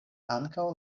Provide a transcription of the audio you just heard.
ankaŭ